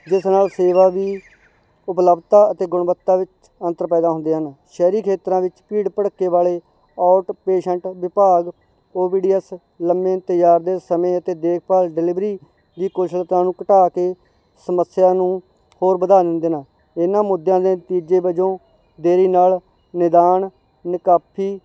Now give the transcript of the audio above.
ਜਿਸ ਨਾਲ ਸੇਵਾ ਦੀ ਉਪਲਬਧਤਾ ਅਤੇ ਗੁਣਵੱਤਾ ਵਿੱਚ ਅੰਤਰ ਪੈਦਾ ਹੁੰਦੇ ਹਨ ਸ਼ਹਿਰੀ ਖੇਤਰਾਂ ਵਿੱਚ ਭੀੜ ਭੜੱਕੇ ਵਾਲੇ ਆਊਟਪੇਸ਼ੈਂਟ ਵਿਭਾਗ ਓ ਬੀ ਡੀ ਐਸ ਲੰਮੇ ਇੰਤਜ਼ਾਰ ਦੇ ਸਮੇਂ ਅਤੇ ਦੇਖਭਾਲ ਡਿਲੀਵਰੀ ਦੀ ਕੁਸ਼ਲਤਾ ਨੂੰ ਘਟਾ ਕੇ ਸਮੱਸਿਆ ਨੂੰ ਹੋਰ ਵਧਾਉਣ ਦੇਣਾ ਇਹਨਾਂ ਮੁੱਦਿਆਂ ਦੇ ਨਤੀਜੇ ਵਜੋਂ ਦੇਰੀ ਨਾਲ ਮੈਦਾਨ ਨਾਕਾਫੀ